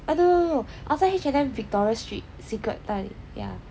I don't know outside H&M outside victoria street secret 那里 ya